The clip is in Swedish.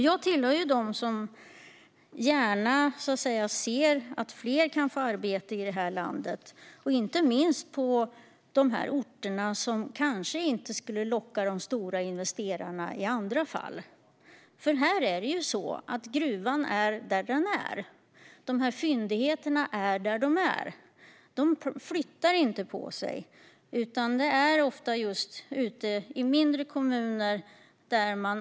Jag tillhör dem som gärna ser att fler kan få arbete i det här landet, inte minst på de orter som i andra fall kanske inte skulle locka de stora investerarna. Gruvan är nämligen där den är. Fyndigheterna är där de är. De flyttar inte på sig. Och de finns ofta ute i små kommuner.